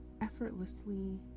effortlessly